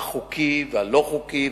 החוקי והלא-חוקי,